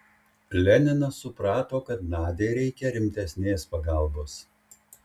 leninas suprato kad nadiai reikia rimtesnės pagalbos